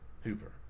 Hooper